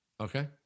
Okay